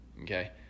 Okay